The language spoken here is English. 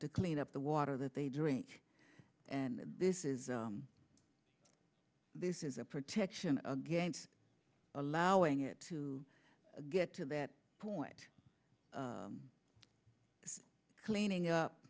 to clean up the water that they drink and this is this is a protection against allowing it to get to that point cleaning up